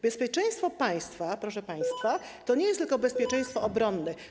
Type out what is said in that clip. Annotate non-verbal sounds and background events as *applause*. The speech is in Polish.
Bezpieczeństwo państwa, proszę państwa, *noise* to nie jest tylko bezpieczeństwo obronne.